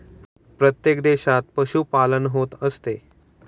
प्रत्येक देशात पशुपालन होत असते